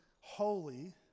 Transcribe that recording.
holy